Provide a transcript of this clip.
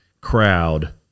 crowd